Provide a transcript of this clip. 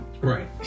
right